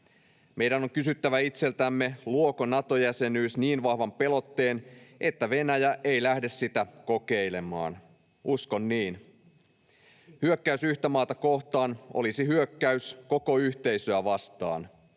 Meidän on kysyttävä itseltämme, luoko Nato-jäsenyys niin vahvan pelotteen, että Venäjä ei lähde sitä kokeilemaan. Uskon niin. Hyökkäys yhtä maata kohtaan olisi hyökkäys koko yhteisöä vastaan.